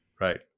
Right